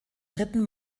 dritten